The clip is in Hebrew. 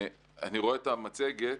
אני רואה את המצגת,